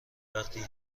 وقتی